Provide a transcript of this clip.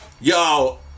Yo